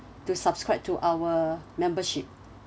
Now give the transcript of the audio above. to subscribe to our membership